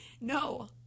No